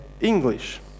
English